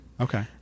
Okay